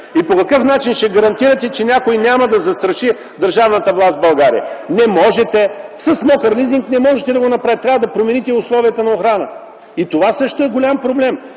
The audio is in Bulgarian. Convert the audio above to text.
По какъв начин ще гарантирате, че някой няма да застраши държавната власт в България? Не можете! С „мокър лизинг” не можете да го направите. Трябва да промените и условията на охрана. Това също е голям проблем.